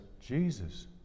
Jesus